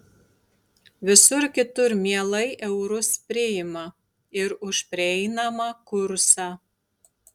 visur kitur mielai eurus priima ir už prieinamą kursą